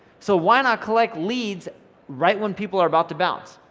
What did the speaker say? so why not collect leads right when people are about to bounce?